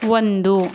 ಒಂದು